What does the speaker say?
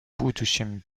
будущем